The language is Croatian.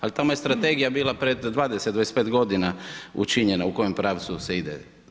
Ali tamo je strategija bila pred 20, 25 godina učinjena u kom pravcu se ide.